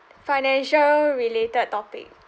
financial related topic